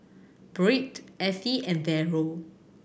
Byrd Ettie and Daryl